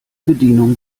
bedienung